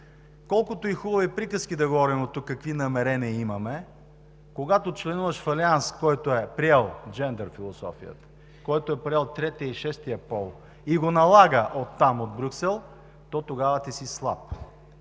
Колкото и хубави приказки да говорим от тук какви намерения имаме, когато членуваш в алианс, който е приел джендър философията, който е приел третия и шестия пол и го налага от там, от Брюксел, то тогава ти си слаб.